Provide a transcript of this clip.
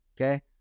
okay